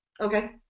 Okay